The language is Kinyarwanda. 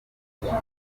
mubyara